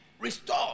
restore